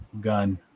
gun